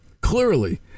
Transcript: Clearly